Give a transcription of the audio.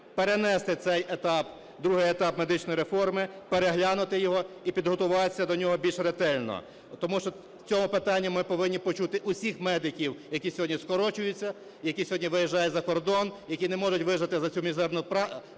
перенести цей етап, другий етап медичної реформи, переглянути його і підготуватись до нього більш ретельно. Тому що в цьому питанні ми повинні почути усіх медиків, які сьогодні скорочуються, які сьогодні виїжджають за кордон, які не можуть вижити за цю мізерну працю